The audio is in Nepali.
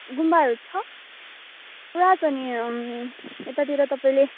गुम्बाहरू छ पुरा छ नि यतातिर तपाईँले